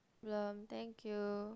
blum thank you